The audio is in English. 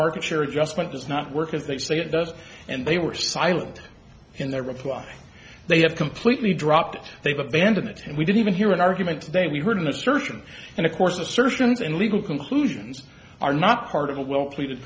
architecture adjustment does not work as they say it does and they were silent in their reply they have completely dropped it they've abandoned it and we didn't even hear an argument today we heard an assertion and of course assertions and legal conclusions are not part of a well pleaded